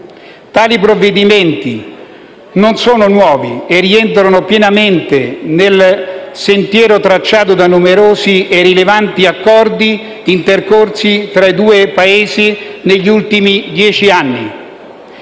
Tali provvedimenti non sono nuovi e rientrano pienamente nel sentiero tracciato da numerosi e rilevanti accordi intercorsi tra i due Paesi negli ultimi dieci anni.